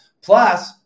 Plus